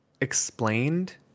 explained